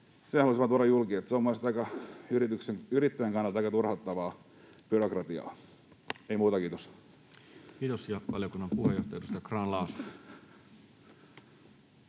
Sen halusin vain tuoda julki, että se on mielestäni yrittäjän kannalta aika turhauttavaa byrokratiaa. — Ei muuta, kiitos. Kiitos. — Valiokunnan puheenjohtaja, edustaja